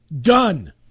done